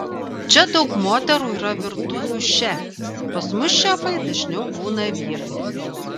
čia daug moterų yra virtuvių šefės pas mus šefai dažniau būna vyrai